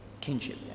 kinship